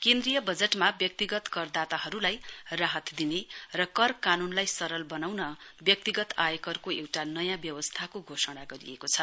केन्द्रीय बजटमा व्यक्तिगत करदाताहरूलाई राहत दिने र कर कानुनलाई सरल बनाउन व्यक्तिगत आयकरको एउटा नयाँ व्यवस्थाको घोषणा गरिएको छ